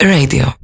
radio